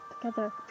together